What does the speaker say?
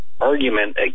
argument